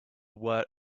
word